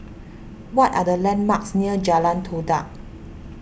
what are the landmarks near Jalan Todak